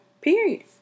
period